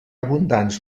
abundants